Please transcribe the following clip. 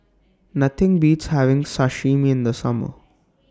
Nothing Beats having Sashimi in The Summer